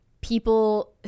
people